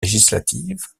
législatif